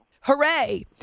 Hooray